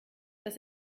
dass